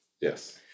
Yes